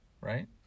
Right